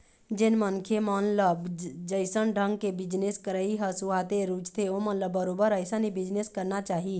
जेन मनखे मन ल जइसन ढंग के बिजनेस करई ह सुहाथे, रुचथे ओमन ल बरोबर अइसन ही बिजनेस करना चाही